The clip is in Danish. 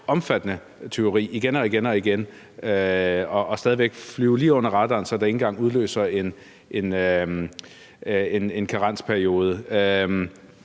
omfattende tyveri igen og igen og igen og stadig væk flyve lige under radaren, så det ikke engang udløser en karensperiode.